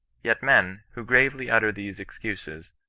yet men, who gravely utter these excuses,